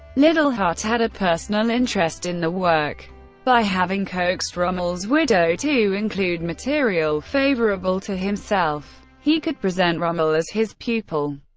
liddell hart had a personal interest in the work by having coaxed rommel's widow to include material favorable to himself, he could present rommel as his pupil.